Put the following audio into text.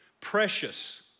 precious